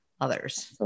others